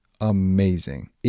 amazing